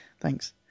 Thanks